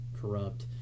corrupt